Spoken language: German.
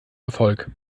erfolg